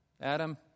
Adam